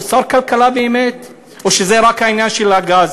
הוא שר כלכלה באמת או שזה רק העניין של הגז?